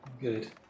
Good